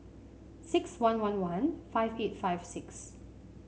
six one one one five eight five six